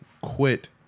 quit